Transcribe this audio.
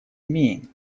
имеем